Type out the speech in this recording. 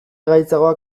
gaitzagoa